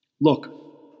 Look